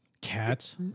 Cats